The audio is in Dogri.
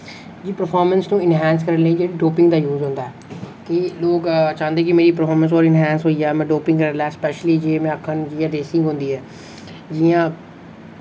परफारमेंस नू एनहान्स करने लेई जेह्ड़ी डोपिंग दा यूज होंदा ऐ कि लोग चांह्दे कि मेरी परफारमेंस और एनहान्स होई गेआ में डोपिंग करी लैं स्पैशली जे में आखां जि'यां रेसिंग होंदी ऐ जि'यां